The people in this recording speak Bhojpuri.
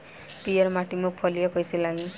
पीयर माटी में फलियां कइसे लागी?